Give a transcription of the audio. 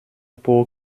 pour